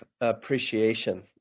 appreciation